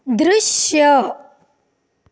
ದೃಶ್ಯ